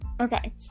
Okay